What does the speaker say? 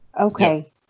Okay